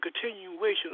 continuation